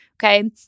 Okay